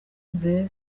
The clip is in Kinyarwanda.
blair